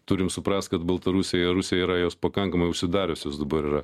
turim suprast kad baltarusija ir rusija yra jos pakankamai užsidariusios dabar yra